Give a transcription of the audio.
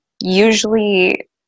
usually